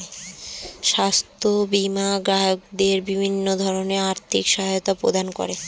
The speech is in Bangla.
স্বাস্থ্য বীমা গ্রাহকদের বিভিন্ন ধরনের আর্থিক সহায়তা প্রদান করে